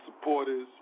supporters